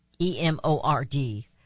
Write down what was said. E-M-O-R-D